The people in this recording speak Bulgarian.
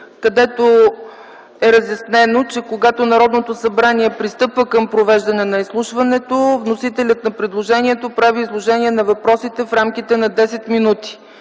където е разяснено, че когато Народното събрание пристъпва към провеждане на изслушването, вносителят на предложението прави изложение на въпросите в рамките на 10 минути.